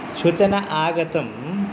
सूचना आगतं